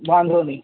વાંધો નહીં